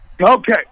Okay